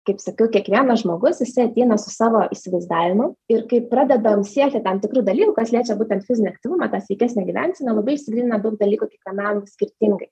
kaip sakiau kiekvienas žmogus jisai ateina su savo įsivaizdavimu ir kai pradedam siekti tam tikrų dalykų kas liečia būtent fizinį aktyvumą tą sveikesnę gyvenseną labai išsigrynina daug dalykų kiekvienam skirtingai